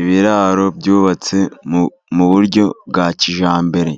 ibiraro byubatse mu buryo bwa kijyambere.